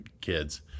kids